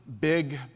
big